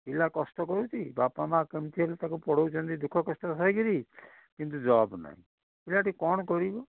ପିଲା କଷ୍ଟ କରୁଛି ବାପା ମା' ପଙ୍କଞ୍ଚୁଆଲି ତାକୁ ପଢ଼ାଉଛନ୍ତି ଦୁଃଖ କଷ୍ଟ ସହି କରି କିନ୍ତୁ ଜବ୍ ନାହିଁ ପିଲାଟି କ'ଣ କରିବ